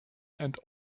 and